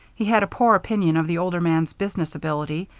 he had a poor opinion of the older man's business ability,